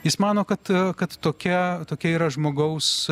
jis mano kad kad tokia tokia yra žmogaus